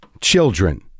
children